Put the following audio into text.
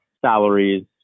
salaries